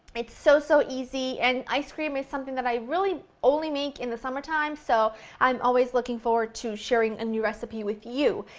it's so, so easy, and ice cream is something that i really only make in the summertime, so i'm always looking forward to sharing a new recipe with you.